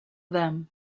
them